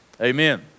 Amen